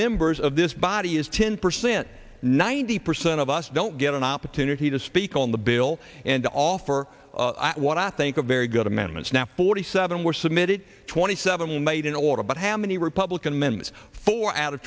members of this body is ten percent ninety percent of us don't get an opportunity to speak on the bill and offer what i think a very good amendments now forty seven were submitted twenty seven made in order but how many republican amendments four out of